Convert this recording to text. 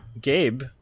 gabe